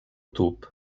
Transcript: tub